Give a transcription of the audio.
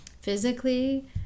physically